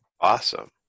Awesome